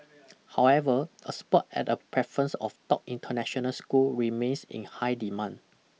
however a spot at a preference of top international school remains in high demand